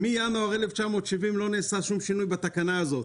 ומינואר 1970 לא נעשה שום שינוי בתקנה הזאת.